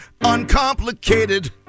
uncomplicated